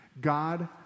God